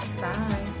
Bye